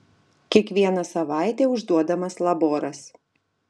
kiekvieną savaitę užduodamas laboras